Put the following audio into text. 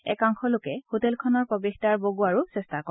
একাংশ লোকে হোটেলখনৰ প্ৰৱেশদ্বাৰ বগোৱাৰো চেষ্টা কৰে